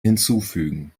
hinzufügen